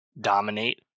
dominate